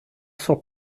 sort